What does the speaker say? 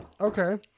Okay